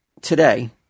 today